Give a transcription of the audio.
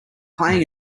playing